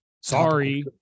sorry